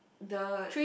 the